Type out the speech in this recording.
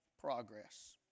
progress